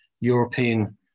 European